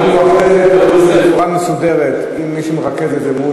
אחרי זה תביאו את זה בצורה מסודרת למי שמרכז את זה מול